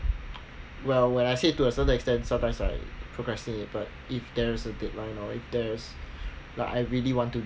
well when I sy to a certain extent sometimes I procrastinate but if there's a deadline or if there's like I really want to